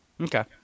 Okay